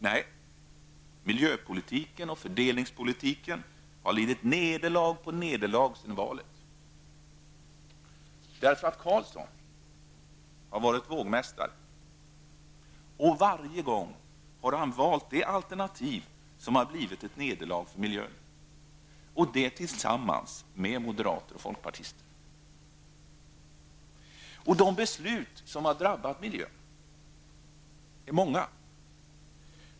Nej, miljöpolitiken och fördelningspolitiken har lidit nederlag på nederlag sedan valet, därför att Carlsson har varit vågmästare och varje gång tillsammans med moderater och folkpartister valt det alternativ som blivit nederlag för miljön. De beslut som drabbat miljön är många.